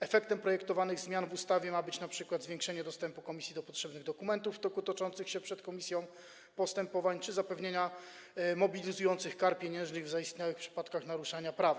Efektem zmian projektowanych w ustawie ma być np. zwiększenie dostępu komisji do potrzebnych dokumentów w toku toczących się przed nią postępowań czy zapewnienie mobilizujących kar pieniężnych w zaistniałych przypadkach naruszenia prawa.